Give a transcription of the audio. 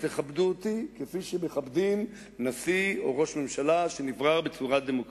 ותכבדו אותי כפי שמכבדים נשיא או ראש ממשלה שנבחר בצורה דמוקרטית.